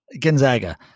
Gonzaga